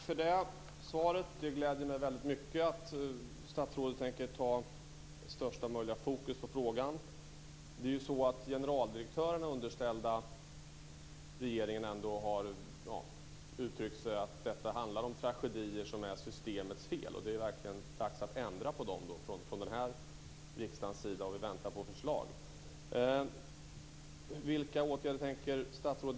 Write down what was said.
Fru talman! Tack för svaret. Det gläder mig väldigt mycket att statsrådet tänker sätta största möjliga fokus på frågan. De generaldirektörer som är underställda regeringen har uttryckt att detta handlar om tragedier som är systemets fel. Det är då dags att ändra på detta från riksdagens sida i väntan på förslag.